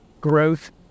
growth